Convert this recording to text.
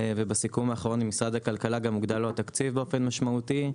ובסיכום האחרון עם משרד הכלכלה הוגדל לו התקציב באופן משמעותי,